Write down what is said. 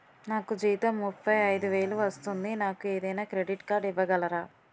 నాకు జీతం ముప్పై ఐదు వేలు వస్తుంది నాకు ఏదైనా క్రెడిట్ కార్డ్ ఇవ్వగలరా?